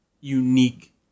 unique